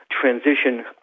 transition